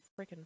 freaking